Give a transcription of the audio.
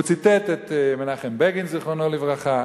הוא ציטט את מנחם בגין, זיכרונו לברכה.